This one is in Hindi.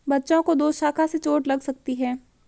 बच्चों को दोशाखा से चोट लग सकती है